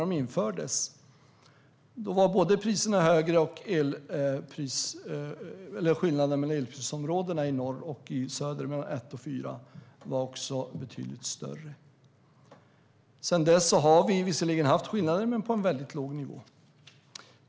Då var både priserna högre och skillnaderna betydligt större mellan elprisområdena i norr och i söder, mellan 1 och 4. Sedan dess har vi visserligen haft skillnader men på en väldigt låg nivå.